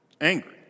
angry